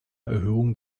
erhöhung